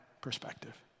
perspective